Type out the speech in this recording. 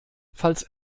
falls